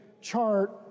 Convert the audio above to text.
chart